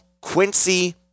Quincy